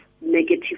negative